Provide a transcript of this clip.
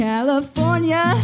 California